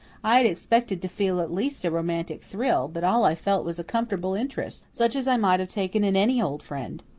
i had expected to feel at least a romantic thrill, but all i felt was a comfortable interest, such as i might have taken in any old friend.